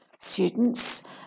Students